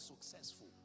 successful